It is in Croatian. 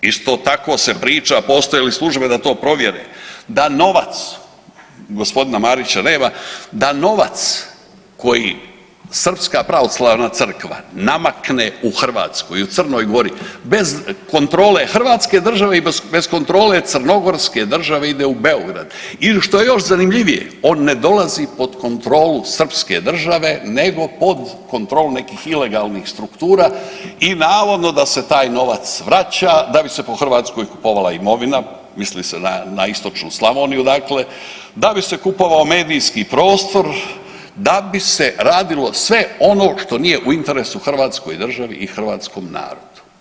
Isto tako se priča, postoje li službe da to provjere, da novac g. Marića nema, da novac koji Srpska pravoslavna crkva namakne u Hrvatskoj i u Crnoj Gori bez kontrole hrvatske države i bez kontrole crnogorske države, ide u Beograd i što je još zanimljivije, on ne dolazi pod kontrolu srpske države nego pod kontrolu nekih ilegalnih struktura i navodno da se taj novac vraća da bi se po Hrvatskoj kupovala imovina, misli se na istočnu Slavoniju, dakle, da bi se kupovao medijski prostor, da bi se radilo sve ono što nije u interesu hrvatskoj državi i hrvatskom narodu.